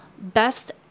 Best